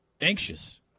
anxious